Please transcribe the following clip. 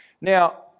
Now